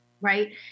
Right